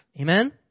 Amen